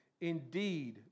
Indeed